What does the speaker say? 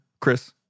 Chris